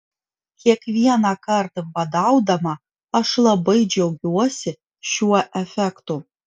kiekvienąkart badaudama aš labai džiaugiuosi šiuo efektu